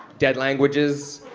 dead languages.